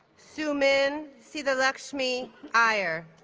sumun sitalakshmi iyer